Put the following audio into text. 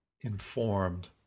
informed